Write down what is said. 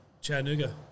Chattanooga